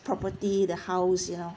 property the house you know